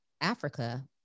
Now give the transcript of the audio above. Africa